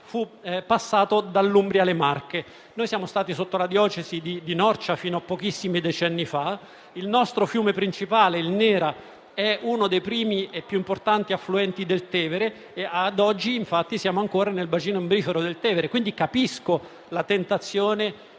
passò dall'Umbria alle Marche. Siamo stati sotto la diocesi di Norcia fino a pochissimi decenni fa; il nostro fiume principale, il Nera, è uno dei primi e più importanti affluenti del Tevere e ad oggi infatti siamo ancora nel bacino imbrifero del Tevere. Capisco quindi la tentazione